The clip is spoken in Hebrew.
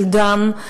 של דם.